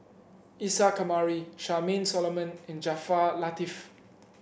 Isa Kamari Charmaine Solomon and Jaafar Latiff